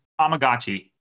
Amagachi